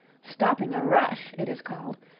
stopping a rush, it is called,